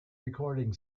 recording